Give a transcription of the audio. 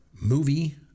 movie